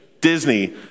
Disney